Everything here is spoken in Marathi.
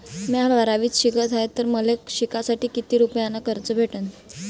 म्या बारावीत शिकत हाय तर मले शिकासाठी किती रुपयान कर्ज भेटन?